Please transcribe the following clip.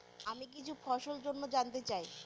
আমি কিছু ফসল জন্য জানতে চাই